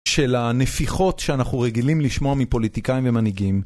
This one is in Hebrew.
של הנפיחות שאנחנו רגילים לשמוע מפוליטיקאים ומנהיגים.